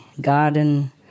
garden